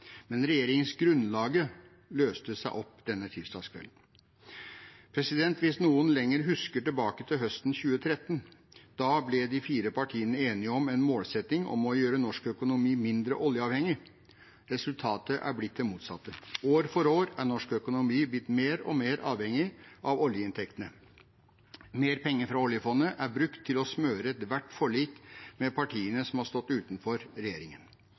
løste seg opp denne tirsdagskvelden. Hvis noen lenger husker tilbake til høsten 2013 – da ble de fire partiene enige om en målsetting om å gjøre norsk økonomi mindre oljeavhengig. Resultatet er blitt det motsatte. År for år er norsk økonomi blir mer og mer avhengig av oljeinntektene. Mer penger fra oljefondet er brukt til å smøre ethvert forlik med partiene som har stått utenfor regjeringen.